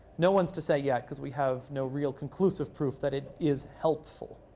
no one's to say yet because we have no real conclusive proof that it is helpful.